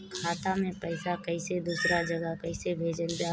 खाता से पैसा कैसे दूसरा जगह कैसे भेजल जा ले?